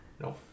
no